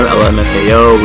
lmfao